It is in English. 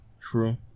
True